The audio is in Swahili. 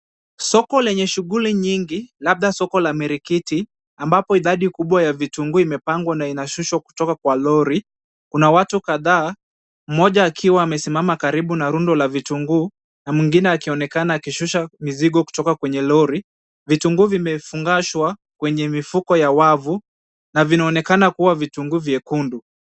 Soko lenye shughuli nyingi labda soko la Mirikiti ambapo idadi kubwa ya vitunguu imepangwa na inashushwa kutoka kwa lori. Kuna watu kadhaa ,mmoja akiwa amesimama karibu na rundo la vitunguu na mwingine akionekana akishusha mizigo kutoka kwenye lori. Vitunguu vimefungashwa kwenye mifuko ya wavu na vinaonekana kuwa vitunguu vyekundu.